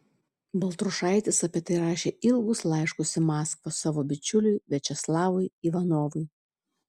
baltrušaitis apie tai rašė ilgus laiškus į maskvą savo bičiuliui viačeslavui ivanovui